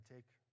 take